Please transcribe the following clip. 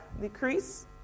decrease